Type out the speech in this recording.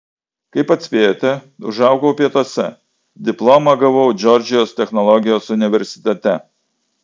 kaip atspėjote užaugau pietuose diplomą gavau džordžijos technologijos universitete